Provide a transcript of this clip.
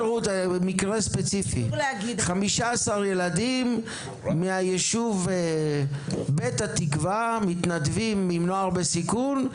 15 ילדים מהיישוב בית התקווה מתנדבים עם נוער בסיכון,